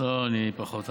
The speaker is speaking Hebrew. פחות.